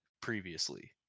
previously